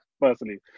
personally